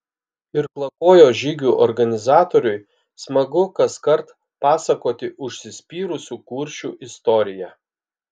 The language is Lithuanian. irklakojo žygių organizatoriui smagu kaskart pasakoti užsispyrusių kuršių istoriją